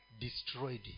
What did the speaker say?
destroyed